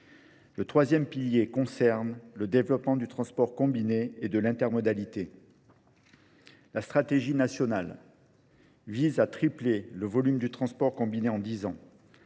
Le troisième pilier concerne le développement du transport combiné et de l'intermodalité. La stratégie nationale vise à tripler le volume du transport combiné en 10 ans,